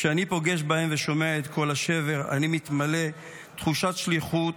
כשאני פוגש בהם ושומע את קול השבר אני מתמלא תחושת שליחות